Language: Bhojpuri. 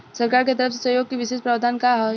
सरकार के तरफ से सहयोग के विशेष प्रावधान का हई?